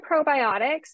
probiotics